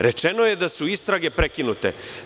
Rečeno je da su istrage prekinute.